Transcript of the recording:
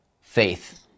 faith